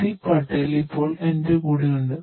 C Patel ഇപ്പോൾ എന്റെ കൂടെയുണ്ട്